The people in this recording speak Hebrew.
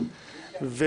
אם אתה